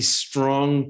strong